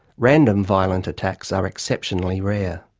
random violent attacks are exceptionally rare.